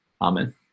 Amen